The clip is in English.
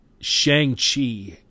Shang-Chi